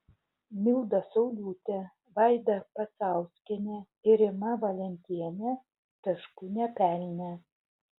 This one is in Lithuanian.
milda sauliūtė vaida pacauskienė ir rima valentienė taškų nepelnė